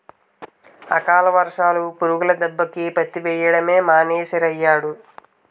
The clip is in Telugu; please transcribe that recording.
అకాల వర్షాలు, పురుగుల దెబ్బకి పత్తి వెయ్యడమే మానీసేరియ్యేడు